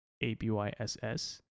A-B-Y-S-S